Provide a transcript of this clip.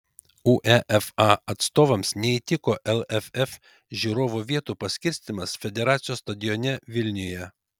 uefa atstovams neįtiko lff žiūrovų vietų paskirstymas federacijos stadione vilniuje